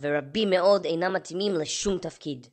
ורבים מאוד אינם מתאימים לשום תפקיד